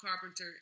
Carpenter